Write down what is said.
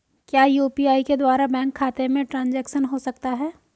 क्या यू.पी.आई के द्वारा बैंक खाते में ट्रैन्ज़ैक्शन हो सकता है?